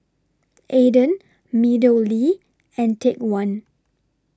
Aden Meadowlea and Take one